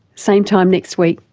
same time next week.